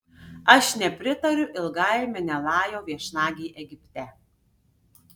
aš nepritariu ilgai menelajo viešnagei egipte